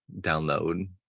download